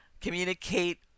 communicate